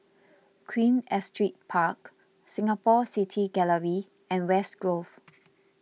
Queen Astrid Park Singapore City Gallery and West Grove